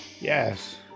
Yes